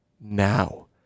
now